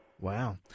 Wow